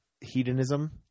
hedonism